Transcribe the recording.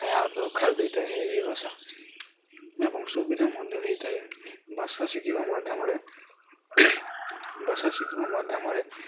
ଏହା ଦରକାର ଦେଇଥାଏ ଏହି ଭାଷା ଏବଂ ସୁବିଧା ମଧ୍ୟ ହେଇଥାଏ ଭାଷା ଶିଖିବା ମାଧ୍ୟମରେ ଭାଷା ଶିଖିବା ମାଧ୍ୟମରେ